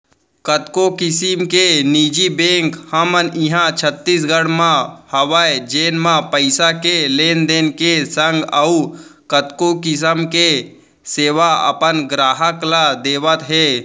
कतको किसम के निजी बेंक हमन इहॉं छत्तीसगढ़ म हवय जेन म पइसा के लेन देन के संग अउ कतको किसम के सेवा अपन गराहक ल देवत हें